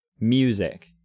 music